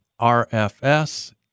RFS